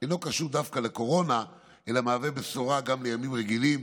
אינו קשור דווקא לקורונה אלא מהווה בשורה גם בימים רגילים.